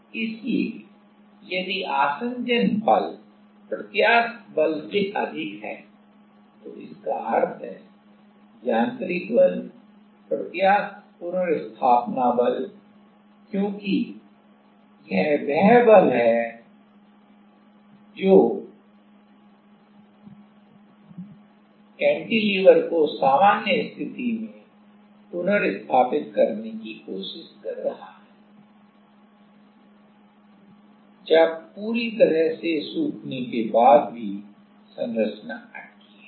इसलिए यदि आसंजन बल प्रत्यास्थ बल से अधिक है तो इसका अर्थ है यांत्रिक बल प्रत्यास्थ पुनर्स्थापना बल क्योंकि यह वह बल है जो कैंटिलीवर को सामान्य स्थिति में पुनर्स्थापित करने की कोशिश कर रहा है जब पूरी तरह से सूखने के बाद भी संरचना अटकी है